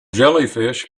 jellyfish